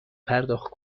پرداخت